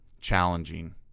challenging